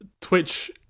Twitch